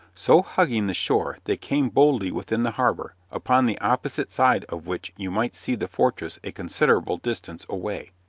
so hugging the shore, they came boldly within the harbor, upon the opposite side of which you might see the fortress a considerable distance away.